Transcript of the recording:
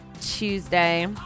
Tuesday